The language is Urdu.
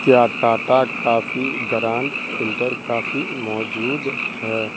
کیا Tata coffee ground filter coffee موجود ہے